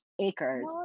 acres